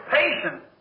patience